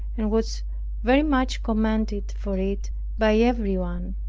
and was very much commended for it by everyone.